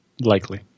likely